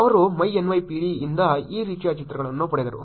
ಅವರು myNYPD ಯಿಂದ ಈ ರೀತಿಯ ಚಿತ್ರಗಳನ್ನು ಪಡೆದರು